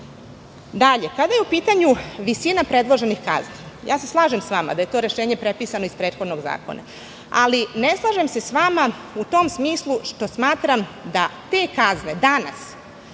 kada je u pitanju visina predloženih kazni, slažem se sa vama da je to rešenje prepisano iz prethodnog zakona, ali ne slažem se sa vama u tom smislu što smatram da te kazne danas